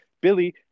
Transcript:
Billy